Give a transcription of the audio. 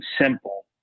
simple